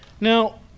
Now